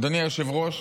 אדוני היושב-ראש,